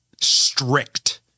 strict